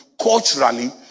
culturally